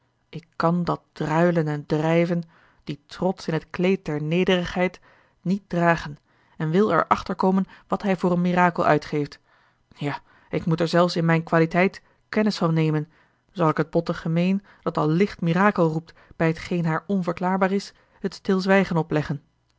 ik kan dat druilen en drijven dien trots in het kleed der nederigheid niet dragen en wil er achterkomen wat hij voor een mirakel uitgeeft ja ik moet er zelfs in mijne qualiteit kennis van nemen zal ik het botte gemeen dat al licht mirakel roept bij t geen haar onverklaarbaar is het stilzwijgen opleggen